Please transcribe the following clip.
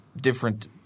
different